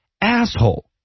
asshole